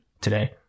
today